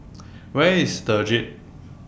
Where IS The Jade